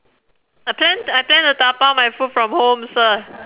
I plan t~ I plan to dabao my food from homes sir